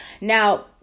Now